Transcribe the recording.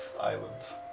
islands